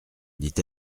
dit